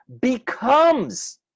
becomes